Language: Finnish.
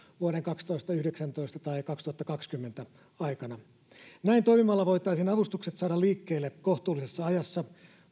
vuoden kaksituhattayhdeksäntoista tai vuoden kaksituhattakaksikymmentä aikana näin toimimalla voitaisiin avustukset saada liikkeelle kohtuullisessa ajassa